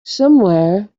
somewhere